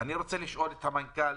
אני רוצה לשאול את המנכ"ל